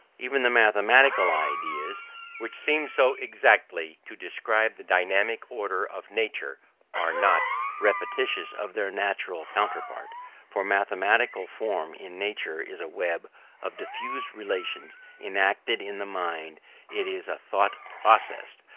even the mathematical ideas which seem so exactly to describe the dynamic order of nature are not repetitions of their natural counterpart for mathematical form in nature is a web of diffuse relations enacted in the mind it is a thought possessed,